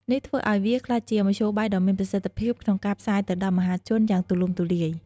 នេះធ្វើឱ្យវាក្លាយជាមធ្យោបាយដ៏មានប្រសិទ្ធភាពក្នុងការផ្សាយទៅដល់មហាជនយ៉ាងទូលំទូលាយ។